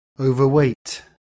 overweight